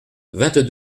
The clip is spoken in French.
vingt